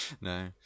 no